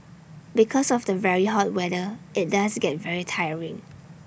because of the very hot weather IT does get very tiring